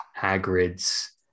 Hagrid's